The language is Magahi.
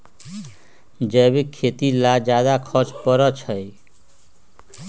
जैविक खेती ला ज्यादा खर्च पड़छई?